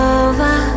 over